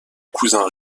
cousin